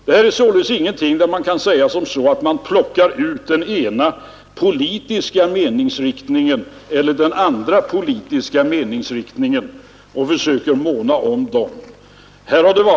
Det kan alltså inte sägas att man plockar ut tidningar med den ena eller andra politiska meningsriktningen och försöker måna om dem.